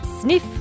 sniff